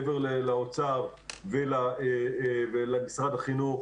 מעבר לאוצר ולמשרד החינוך,